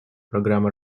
программы